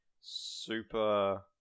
super